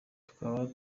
tukaba